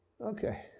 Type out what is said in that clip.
Okay